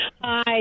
Hi